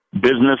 Business